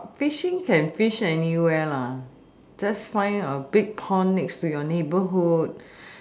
but fishing can fish anywhere lah just find a big pond next to your neighbourhood